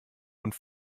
und